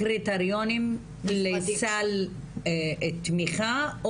קריטריונים לסל תמיכה,